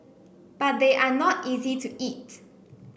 but they are not easy to eat